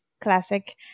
classic –